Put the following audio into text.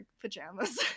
pajamas